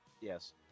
Yes